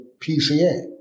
PCA